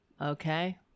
Okay